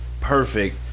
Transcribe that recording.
perfect